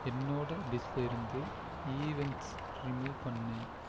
என்னோட லிஸ்ட்டில் இருந்து ஈவெண்ட்ஸ் ரிமூவ் பண்ணு